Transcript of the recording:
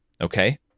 Okay